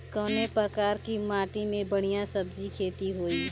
कवने प्रकार की माटी में बढ़िया सब्जी खेती हुई?